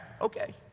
Okay